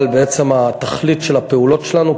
אבל בעצם התכלית של הפעולות שלנו,